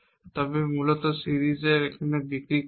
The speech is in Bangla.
তবে এটি মূলত কাজ বিক্রি করবে